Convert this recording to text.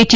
T